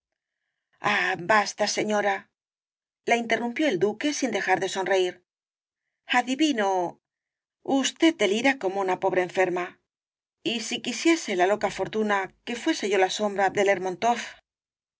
basta señora la interrumpió el duque sin dejar de sonreír adivino usted delira como una pobre enferma y si quisiese la loca fortuna que fuese yo la sombra de